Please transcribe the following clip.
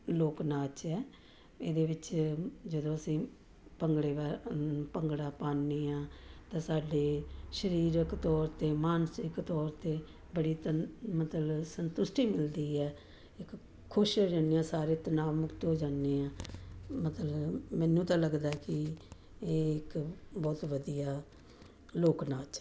ਲੋਕ ਨਾਚ ਹੈ ਇਹਦੇ ਵਿੱਚ ਜਦੋਂ ਅਸੀਂ ਭੰਗੜੇ ਵਾ ਭੰਗੜਾ ਪਾਉਂਦੇ ਹਾਂ ਤਾਂ ਸਾਡੇ ਸਰੀਰਕ ਤੌਰ 'ਤੇ ਮਾਨਸਿਕ ਤੌਰ 'ਤੇ ਬੜੀ ਤ ਮਤਲਬ ਸੰਤੁਸ਼ਟੀ ਮਿਲਦੀ ਹੈ ਇੱਕ ਖੁਸ਼ ਹੋ ਜਾਂਦੇ ਹਾਂ ਸਾਰੇ ਤਣਾਅ ਮੁਕਤ ਹੋ ਜਾਂਦੇ ਹਾਂ ਮਤਲਬ ਮੈਨੂੰ ਤਾਂ ਲੱਗਦਾ ਕਿ ਇਹ ਇੱਕ ਬਹੁਤ ਵਧੀਆ ਲੋਕ ਨਾਚ ਹੈ